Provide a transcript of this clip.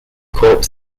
corps